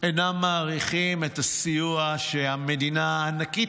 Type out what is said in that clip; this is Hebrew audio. אינם מעריכים את הסיוע שהמדינה הענקית